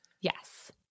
Yes